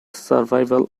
survival